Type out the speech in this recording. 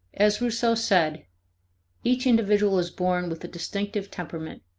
as rouseau said each individual is born with a distinctive temperament.